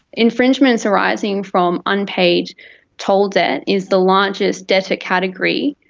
infringements arising from unpaid toll debt is the largest debtor category,